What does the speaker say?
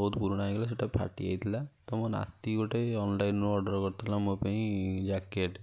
ବହୁତ ପୁରୁଣା ହେଇଗଲା ସେଇଟା ଫାଟିଯାଇଥିଲା ତ ମୋ ନାତି ଗୋଟେ ଅନ୍ଲାଇନ୍ରୁ ଅର୍ଡ଼ର କରିଥିଲା ମୋ ପାଇଁ ଜ୍ୟାକେଟ୍